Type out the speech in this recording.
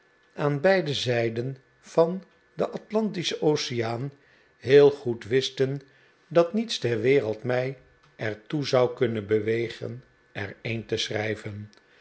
aan beide zijden van den atlantischen oceaan heel goed wisten dat niets ter wereld mij er toe zou kunnen bewegen er een te schrijven